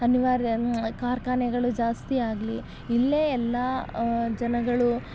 ಅನಿವಾರ್ಯ ಕಾರ್ಖಾನೆಗಳು ಜಾಸ್ತಿಯಾಗಲಿ ಇಲ್ಲೇ ಎಲ್ಲ ಜನಗಳು